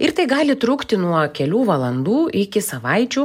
ir tai gali trukti nuo kelių valandų iki savaičių